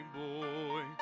boy